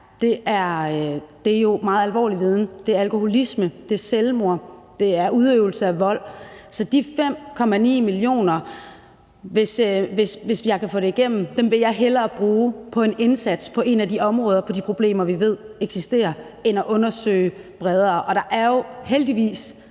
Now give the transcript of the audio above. om noget meget alvorligt. Det er alkoholisme, det er selvmord, det er udøvelse af vold. Så de 5,9 mio. kr. vil jeg hellere bruge på en indsats på et af de områder, hvor vi ved der er problemer, end at undersøge bredere. Og der er jo heldigvis